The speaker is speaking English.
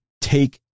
take